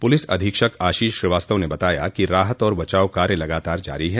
police अधीक्षक आशीष श्रीवास्तव ने बताया कि राहत और बचाव कार्य लगातार जारी है